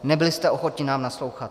Nebyli jste ochotni nám naslouchat.